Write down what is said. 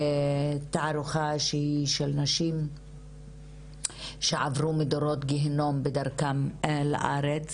תערוכה של נשים שעברו מדורי גהינום בדרכן לארץ.